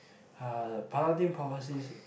uh paladin prophecies